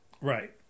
Right